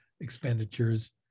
expenditures